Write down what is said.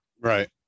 Right